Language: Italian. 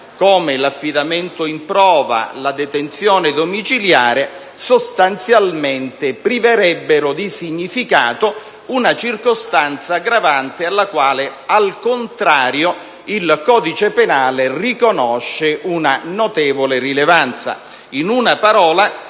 come l'affidamento in prova o la detenzione domiciliare, sostanzialmente priverebbero di significato una circostanza aggravante alla quale, al contrario, il codice penale riconosce una notevole rilevanza. In una parola,